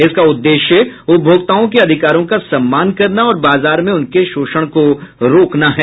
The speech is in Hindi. इसका उद्देश्य उपभोक्ताओं के अधिकारों का सम्मान करना और बाजार में उनके शोषण को रोकना है